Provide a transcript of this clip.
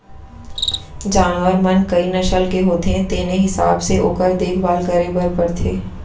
जानवर मन कई नसल के होथे तेने हिसाब ले ओकर देखभाल करे बर परथे